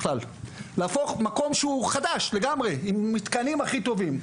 להפוך מקום שהוא חדש לגמרי, עם מתקנים הכי טובים.